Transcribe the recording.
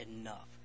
enough